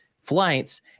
flights